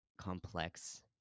complex